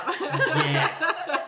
Yes